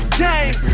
game